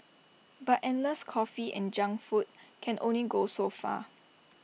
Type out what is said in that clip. but endless coffee and junk food can only go so far